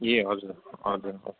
ए हजुर हजुर